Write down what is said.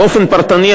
באופן פרטני,